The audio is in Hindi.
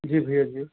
जी भैया जी